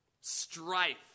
Strife